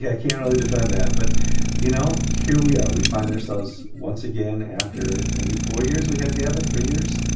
can't really defend that, but you know. here we are. we find ourselves once again after a good four years we had gavin, three years?